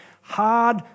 hard